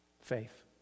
Faith